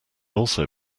also